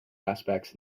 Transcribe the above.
aspects